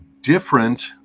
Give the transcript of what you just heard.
different